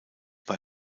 bei